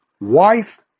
Wife